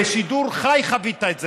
בשידור חי חווית את זה.